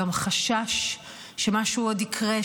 גם חשש שמשהו עוד יקרה,